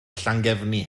llangefni